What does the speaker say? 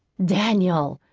daniel!